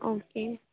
okay